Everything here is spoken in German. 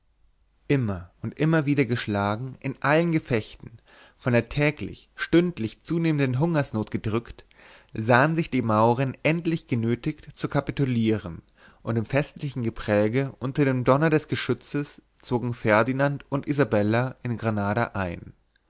immer und immer geschlagen in allen gefechten von der täglich stündlich zunehmenden hungersnot gedrückt sahen sich die mauren endlich genötigt zu kapitulieren und im festlichen gepränge unter dem donner des geschützes zogen ferdinand und isabella in granada ein